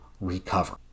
recover